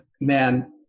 man